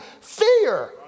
fear